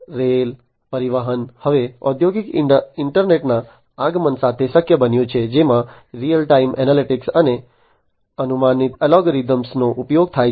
rail પરિવહન હવે ઔદ્યોગિક ઇન્ટરનેટના આગમન સાથે શક્ય બન્યું છે જેમાં રીઅલ ટાઇમ એનાલિટિક્સ અને અનુમાનિત અલ્ગોરિધમનો ઉપયોગ થાય છે